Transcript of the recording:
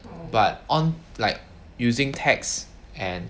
but on like using text and